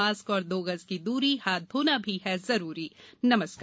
mask और दो गज की दूरी हाथ धोना भी है जरुरी नमस्कार